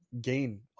gain